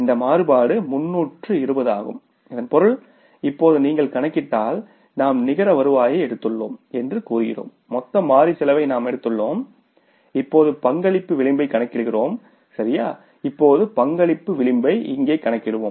இந்த மாறுபாடு 320 ஆகும் இதன் பொருள் இப்போது நீங்கள் கணக்கிட்டால் நம் நிகர வருவாயை எடுத்துள்ளோம் என்று கூறுகிறோம் மொத்த மாறி செலவை நாம் எடுத்துள்ளோம் இப்போது பங்களிப்பு விளிம்பைக் கணக்கிடுகிறோம் சரி இப்போது பங்களிப்பு விளிம்பை இங்கே கணக்கிடுவோம்